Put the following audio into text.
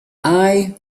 eye